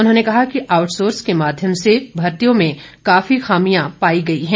उन्होंने कहा कि आउटसोर्स के माध्यम से भर्तियों में काफी खामियां पाई गई हैं